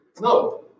No